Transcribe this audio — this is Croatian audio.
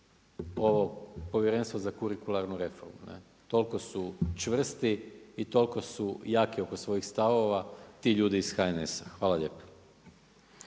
ovo povjerenstvo za kurikuralnu reformu, toliko su čvrsti i toliko su jaki oko svojih stavova ti ljudi iz HNS-a. Hvala lijepa.